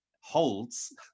holds